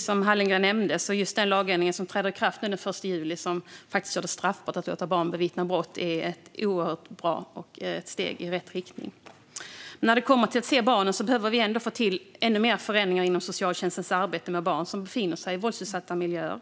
Som Hallengren nämnde är den lagändring som träder i kraft den 1 juli och som gör det straffbart att låta barn bevittna brott oerhört bra och ett steg i rätt riktning. Men när det gäller att se barnen behöver vi få till ännu fler förändringar inom socialtjänstens arbete med barn som befinner sig i våldsutsatta miljöer.